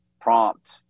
prompt